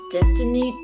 Destiny